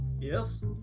Yes